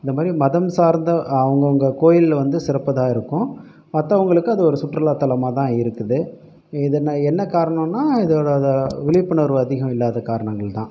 இந்த மாதிரி மதம் சார்ந்த அவங்க அவங்க கோயில் வந்து சிறப்பாகதான் இருக்கும் மற்றவங்களுக்கு அது ஒரு சுற்றுலா தளமாகதான் இருக்குது இது என்ன காரணம்னால் இதோட விழிப்புணர்வு அதிகம் இல்லாத காரணங்கள்தான்